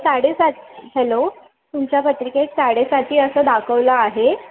साडेसात हॅलो तुमच्या पत्रिकेत साडेसाती असं दाखवलं आहे